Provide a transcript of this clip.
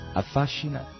affascina